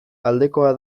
aldekoa